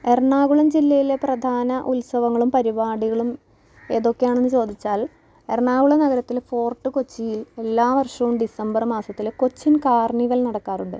എറണാകുളം ജില്ലയിലെ പ്രധാന ഉത്സവങ്ങളും പരിപാടികളും ഏതൊക്കെയാണെന്ന് ചോദിച്ചാൽ എറണാകുളം നഗരത്തിൽ ഫോർട്ട് കൊച്ചിയിൽ എല്ലാ വർഷവും ഡിസംബർ മാസത്തിൽ കൊച്ചിൻ കാർണിവൽ നടക്കാറുണ്ട്